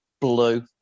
blue